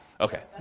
Okay